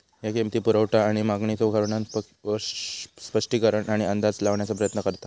ह्या किंमती, पुरवठा आणि मागणीचो वर्णन, स्पष्टीकरण आणि अंदाज लावण्याचा प्रयत्न करता